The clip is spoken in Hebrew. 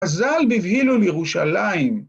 ‫אזל בבהילו לירושלים.